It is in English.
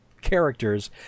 characters